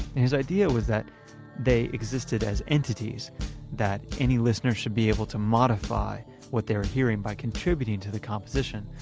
his idea was that they existed as entities that any listener should be able to modify what they were hearing by contributing to the composition,